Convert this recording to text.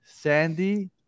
Sandy